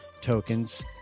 tokens